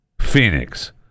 Phoenix